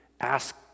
ask